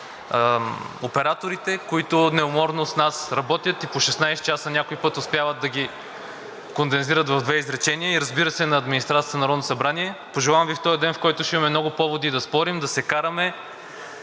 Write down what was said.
операторите, които неуморно с нас работят и по 16 часа някой път успяват да ги кондензират в две изречения. Разбира се, и на администрацията на Народното събрание. Пожелавам Ви този ден, в който ще имаме много поводи да спорим, да се караме,